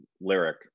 lyric